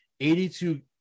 82